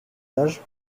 âge